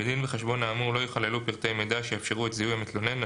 בדין וחשבון האמור לא ייכללו פרטי מידע שיאפשרו את זיהוי המתלונן,